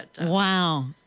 Wow